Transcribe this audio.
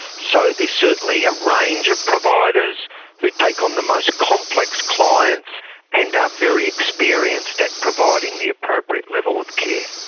so there's certainly a range of providers who take on the most complex clients and are very experienced at providing the appropriate level of care.